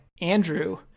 Andrew